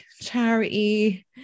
charity